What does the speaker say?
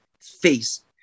face